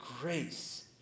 grace